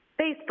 Facebook